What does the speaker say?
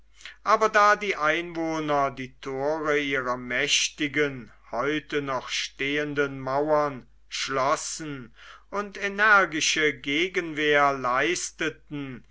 aber da die einwohner die tore ihrer mächtigen heute noch stehenden mauern schlossen und energische gegenwehr leisteten